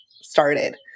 started